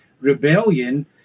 rebellion